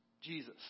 Jesus